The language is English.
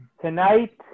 Tonight